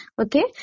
okay